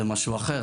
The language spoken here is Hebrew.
זה משהו אחר.